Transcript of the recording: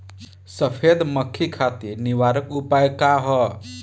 सफेद मक्खी खातिर निवारक उपाय का ह?